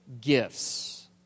gifts